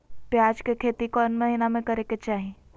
प्याज के खेती कौन महीना में करेके चाही?